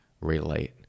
relate